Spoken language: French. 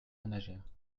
ménagères